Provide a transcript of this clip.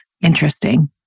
interesting